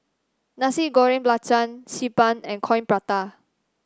Nasi Goreng Belacan Xi Ban and Coin Prata